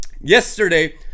yesterday